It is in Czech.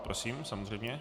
Prosím, samozřejmě.